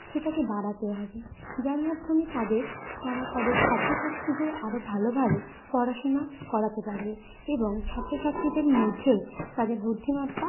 সেটাকে বাড়াতে হবে যার মাধ্যমে তাদের তারা তাদের ছাত্রছাত্রীদের আরো ভালোভাবে পড়াশোনা করাতে পারবে এবং ছাত্রছাত্রীদের মধ্যেও তাদের বুদ্ধিমত্তা